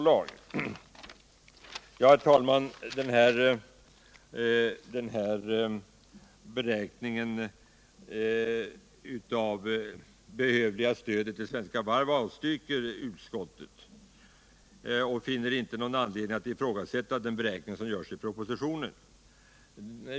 Herr talman! Denna beräkning av stöd till Svenska Varv AB avstyrker utskottet och finner inte någon anledning att ifrågasätta den beräkning som görs i propositionen.